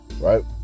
Right